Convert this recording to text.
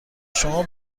شما